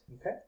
Okay